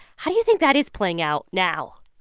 how do you think that is playing out now?